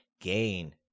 Gain